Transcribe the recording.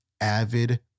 avid